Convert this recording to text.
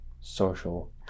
social